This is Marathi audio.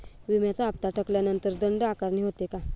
विम्याचा हफ्ता थकल्यानंतर दंड आकारणी होते का?